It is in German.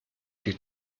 die